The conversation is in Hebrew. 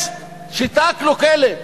יש שיטה קלוקלת.